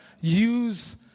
use